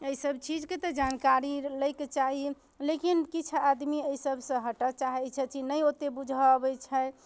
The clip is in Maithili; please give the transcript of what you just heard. अइ सब चीजके तऽ जानकारी लए के चाही लेकिन किछु आदमी अइ सबसँ हटऽ चाहै छथिन नहि ओते बुझऽ अबै छनि